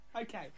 Okay